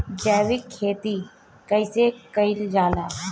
जैविक खेती कईसे कईल जाला?